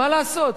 מה לעשות.